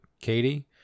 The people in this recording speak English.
Katie